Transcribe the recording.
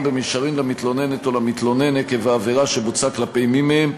במישרין למתלוננת או למתלונן עקב העבירה שבוצעה כלפי מי מהם,